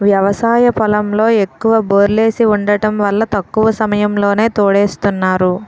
వ్యవసాయ పొలంలో ఎక్కువ బోర్లేసి వుండటం వల్ల తక్కువ సమయంలోనే తోడేస్తున్నారు